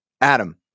adam